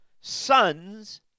Sons